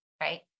Right